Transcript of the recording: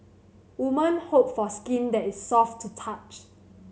women hope for skin that is soft to touch